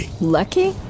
lucky